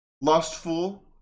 lustful